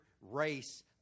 race